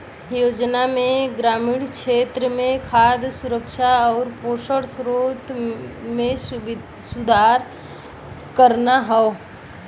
योजना में ग्रामीण क्षेत्र में खाद्य सुरक्षा आउर पोषण स्तर में सुधार करना हौ